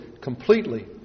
completely